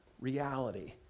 reality